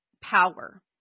power